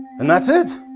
and that's it!